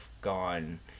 gone